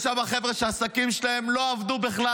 יש שם חבר'ה שהעסקים שלהם לא עבדו בכלל,